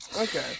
Okay